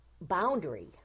boundary